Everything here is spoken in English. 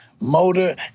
motor